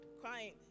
crying